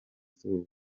izuba